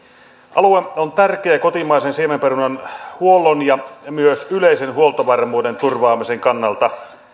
alue on tärkeä kotimaisen siemenperunan huollon ja myös yleisen huoltovarmuuden turvaamisen kannalta